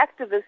activists